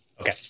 Okay